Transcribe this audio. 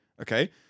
Okay